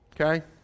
okay